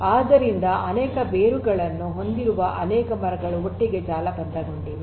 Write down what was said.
ಆದ್ದರಿಂದ ಅನೇಕ ಬೇರುಗಳನ್ನು ಹೊಂದಿರುವ ಅನೇಕ ಮರಗಳು ಒಟ್ಟಿಗೆ ಜಾಲಬಂಧಗೊಂಡಿವೆ